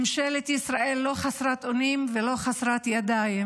ממשלת ישראל לא חסרת אונים ולא חסרת ידיים.